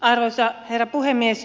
arvoisa herra puhemies